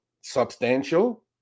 substantial